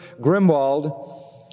Grimwald